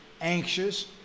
anxious